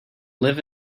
live